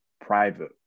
private